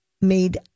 made